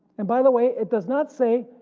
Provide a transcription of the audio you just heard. and by the way it does not say